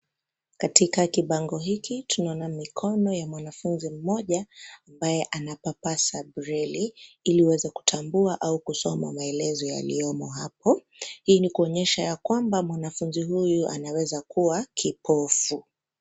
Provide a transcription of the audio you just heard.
Katika kibango hiki, tunaona mikono ya mwanafunzi mmoja ambaye anapapasa breli ili uweze kutambua au kusoma maelezo yaliyomo hapo. Hii ni kuonyesha ya kwamba mwanafunzi huyu anaweza kuwa kipofu.